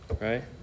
Right